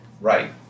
Right